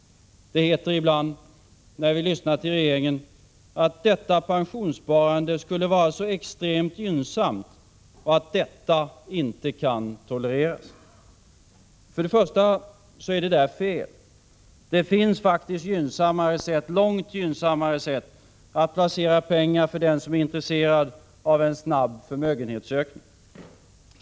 Det heter ibland, när vi lyssnar till regeringen, att detta pensionssparande skulle vara extremt gynnsamt, och att detta inte kan tolereras. För det första är det fel. Det finns långt gynnsammare sätt att placera pengar för den som är intresserad av snabb förmögenhetsökning.